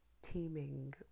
Teeming